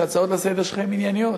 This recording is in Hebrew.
שההצעות לסדר-היום שלך הן ענייניות.